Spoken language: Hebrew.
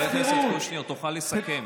חבר הכנסת קושניר, תוכל לסכם.